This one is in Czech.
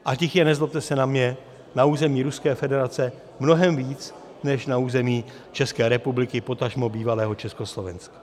A těch je, nezlobte se na mě, na území Ruské federace mnohem víc než na území České republiky, potažmo bývalého Československa.